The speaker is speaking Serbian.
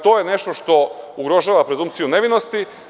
To je nešto što ugrožava prezumpciju nevinosti.